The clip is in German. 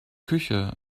küche